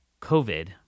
COVID